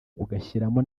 ugashyiramo